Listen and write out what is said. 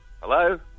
Hello